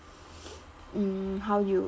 mm how you